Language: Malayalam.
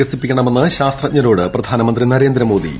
വികസിപ്പിക്കണമെന്ന് ശാസ്ത്രജ്ഞരോട് പ്രധാനമന്ത്രി നരേന്ദ്രമോദി